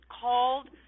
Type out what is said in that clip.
called